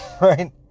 right